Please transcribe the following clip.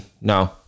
no